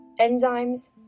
enzymes